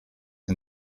and